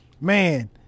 Man